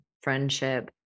friendship